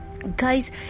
Guys